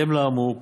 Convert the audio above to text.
בהתאם לאמור,